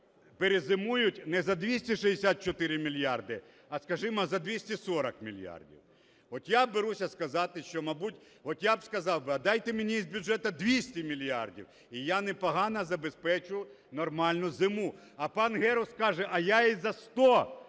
які перезимують не за 264 мільярди, а скажімо за 240 мільярдів? От я беруся сказати, що мабуть, от я б сказав би, а дайте мені із бюджету 200 мільярдів і я непогано забезпечу нормальну зиму. А пан Герус скаже, а я і за 100